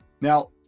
Now